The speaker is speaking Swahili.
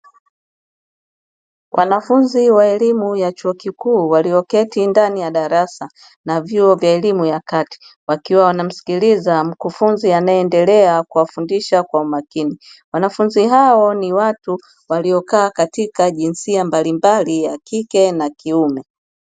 Wanafunzi wa elimu ya chuo kikuu walioketi ndani ya darasa na vyuo vya elimu ya kati, wakiwa wanamsikiliza mkufunzi anayeendelea kuwafundisha kwa umakini, wanafunzi hawa ni watu waliokaa ktika jinsia mbalimbali ya kike na ya kiume.